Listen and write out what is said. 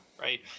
right